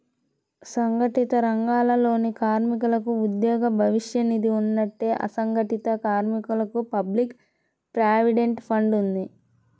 సంఘటిత రంగాలలోని కార్మికులకు ఉద్యోగ భవిష్య నిధి ఉన్నట్టే, అసంఘటిత కార్మికులకు పబ్లిక్ ప్రావిడెంట్ ఫండ్ ఉంది